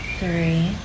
three